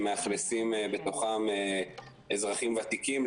שמאכלסים בתוכם אזרחים ותיקים,